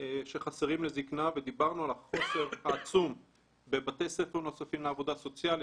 שחסרים לזקנה ודיברנו על החוסר העצום בבתי ספר נוספים לעבודה סוציאלית,